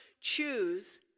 choose